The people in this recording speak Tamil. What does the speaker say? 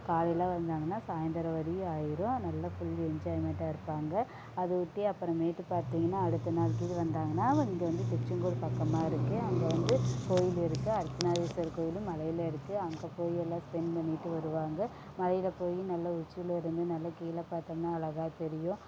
காலையில் வந்தாங்கன்னா சாய்ந்தரம் வரையும் ஆயிடும் நல்லா ஃபுல் என்ஜாய்மெண்டாக இருப்பாங்க அதை ஒட்டி அப்புறம் மேட்டுக்கு பார்த்திங்கனா அடுத்த நாளைக்கு வந்தாங்கனா இங்கே வந்து திருச்சங்கோடு பக்கமாக இருக்கு அங்கே வந்து கோவில் இருக்கு அர்த்தநாதீஸ்வரர் கோவில் மலையில் இருக்கு அங்கே போய் எல்லாம் ஸ்பென் பண்ணிவிட்டு வருவாங்க மலையில் போய் நல்லா உச்சியிலேருந்து நல்லா கீழே பார்த்தோம்னா அழகாக தெரியும்